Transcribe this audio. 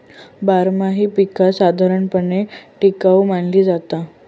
बारमाही पीका साधारणपणे टिकाऊ मानली जाता